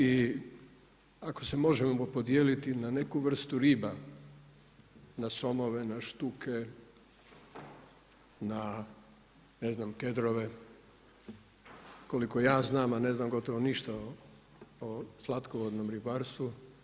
I ako se možemo podijeliti na neku vrstu riba, na somove, na štuke, na ne znam … koliko ja znam, a ne znam gotovo ništa o slatkovodnom ribarstvu.